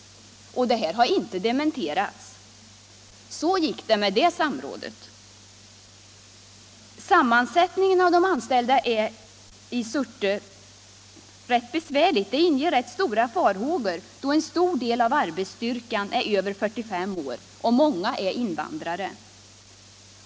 Detta har inte dementerats. Så gick det med det samrådet! Sammansättningen av arbetsstyrkan i Surte inger rätt stora farhågor, då en stor del av de anställda är över 45 år och många är invandrare.